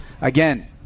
again